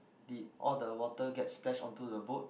did all the water get splash on to the boat